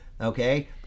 Okay